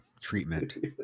treatment